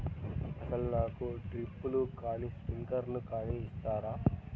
అసలు నాకు డ్రిప్లు కానీ స్ప్రింక్లర్ కానీ ఇస్తారా?